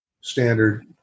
standard